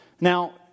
Now